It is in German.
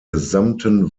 gesamten